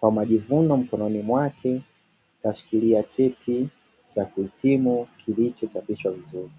kwa majivuno mkononi mwake, kashikilia cheti cha kuhitimu kilichochapishwa vizuri.